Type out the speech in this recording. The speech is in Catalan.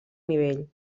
nivell